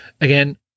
Again